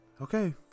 Okay